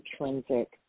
intrinsic